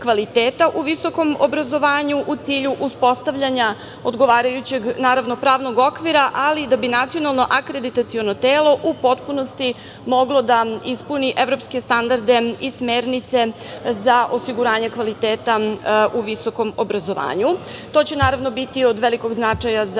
u visokom obrazovanju u cilju uspostavljanja odgovarajućeg pravnog okvira. Ali, da bi nacionalno akreditaciono telo u potpunosti moglo da ispuni evropske standarde i smernice za osiguranje kvaliteta u visokom obrazovanju. To će naravno biti od velikog značaja za